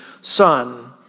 son